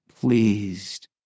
pleased